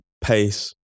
pace